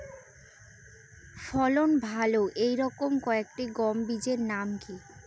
ফলন ভালো এই রকম কয়েকটি গম বীজের নাম কি?